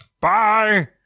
Bye